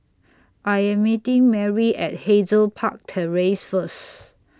I Am meeting Merri At Hazel Park Terrace First